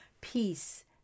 peace